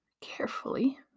carefully